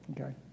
Okay